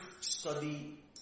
study